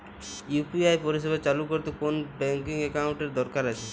UPI পরিষেবা চালু করতে কোন ব্যকিং একাউন্ট এর কি দরকার আছে?